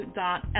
dot